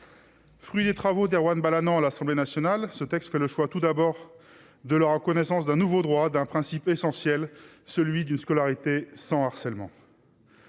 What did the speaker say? Fruit des travaux d'Erwan Balanant à l'Assemblée nationale, ce texte fait le choix, tout d'abord de la reconnaissance d'un nouveau droit d'un principe essentiel: celui d'une scolarité sans harcèlement.